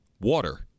water